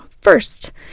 first